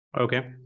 Okay